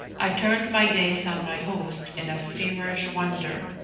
i turned my gaze on my host in a feverish wonder.